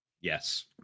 yes